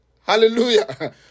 Hallelujah